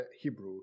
Hebrew